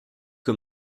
que